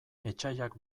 etsaiak